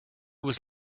was